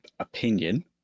opinion